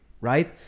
right